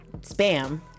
spam